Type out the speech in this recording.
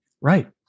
Right